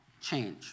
change